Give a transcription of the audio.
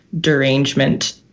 derangement